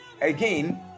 again